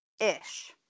Ish